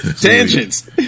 Tangents